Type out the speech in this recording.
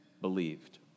believed